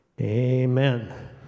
Amen